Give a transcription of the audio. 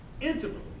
intimately